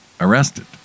arrested